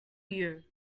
you